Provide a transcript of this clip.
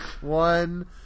One